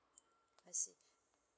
yes